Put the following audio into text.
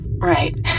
Right